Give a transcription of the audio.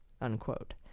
unquote